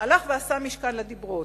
הלך ועשה משכן לדיברות".